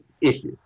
issues